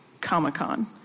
Comic-Con